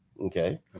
Okay